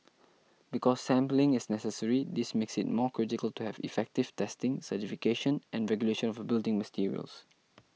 because sampling is necessary this makes it more critical to have effective testing certification and regulation of building materials